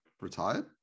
retired